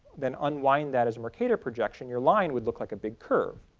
then unwind that as a mercator projection your line would look like a big curve.